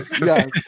Yes